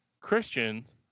Christians—